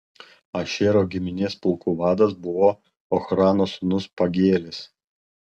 ašero giminės pulkų vadas buvo ochrano sūnus pagielis